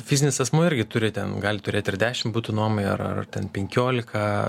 fizinis asmuo irgi turi ten gali turėt ir dešim butų nuomai ar ar ten penkiolika